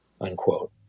unquote